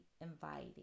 inviting